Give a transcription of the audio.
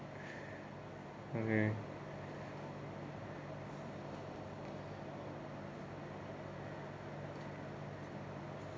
okay